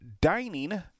dining